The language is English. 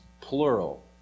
plural